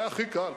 זה הכי קל.